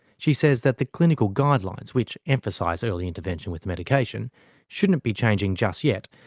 she says that the clinical guidelines which emphasise early intervention with medication shouldn't be changing just yet,